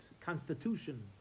constitution